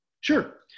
Sure